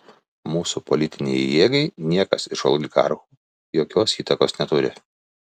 mūsų politinei jėgai niekas iš oligarchų jokios įtakos neturi